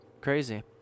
crazy